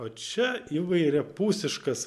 o čia įvairiapusiškas